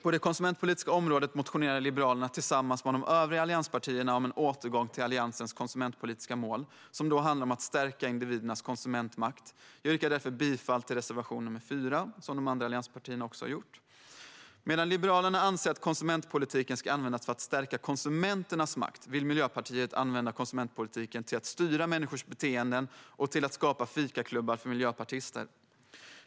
På det konsumentpolitiska området motionerar Liberalerna tillsammans med de övriga allianspartierna om en återgång till Alliansens konsumentpolitiska mål, som handlar om att stärka individernas konsumentmakt. Jag yrkar därför bifall till reservation 4, vilket också de andra allianspartierna har gjort. Medan Liberalerna anser att konsumentpolitiken ska användas till att stärka konsumenternas makt vill Miljöpartiet använda konsumentpolitiken till att styra människors beteenden och till att skapa fikaklubbar för miljöpartister.